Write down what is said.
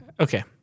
Okay